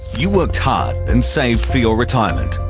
you worked hard and saved for your retirement.